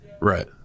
Right